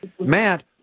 Matt